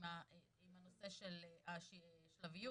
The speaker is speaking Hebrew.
עם הנושא של השלביות